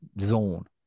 zone